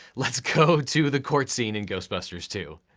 let's go to the court scene in ghostbusters two.